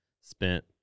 spent